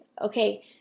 Okay